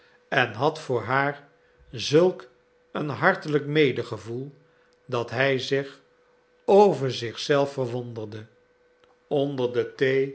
en had voor haar zulk een hartelijk medegevoel dat hij zich over zich zelf verwonderde onder de